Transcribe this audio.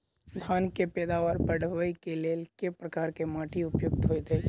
धान केँ पैदावार बढ़बई केँ लेल केँ प्रकार केँ माटि उपयुक्त होइत अछि?